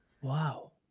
Wow